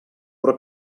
però